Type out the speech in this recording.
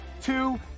two